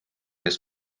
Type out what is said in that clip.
eest